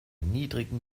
niedrigen